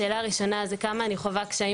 השאלה הראשונה היא "כמה אני חווה קשיים